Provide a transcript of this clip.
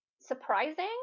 surprising